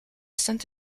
saint